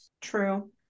True